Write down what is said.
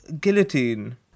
Guillotine